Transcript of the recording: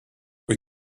wyt